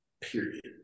Period